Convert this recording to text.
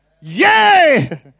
Yay